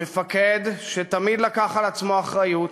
המפקד שתמיד לקח על עצמו אחריות